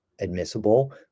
admissible